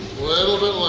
little bit